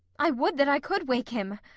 i would that i could wake him!